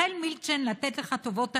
החל מילצ'ן לתת לך טובות הנאה,